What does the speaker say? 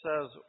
says